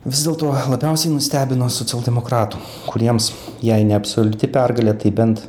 vis dėlto labiausiai nustebino socialdemokratų kuriems jei ne absoliuti pergalė tai bent